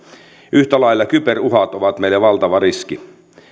yhtä lailla kyberuhat ovat meillä valtava riski